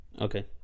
okay